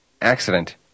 accident